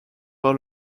par